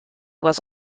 was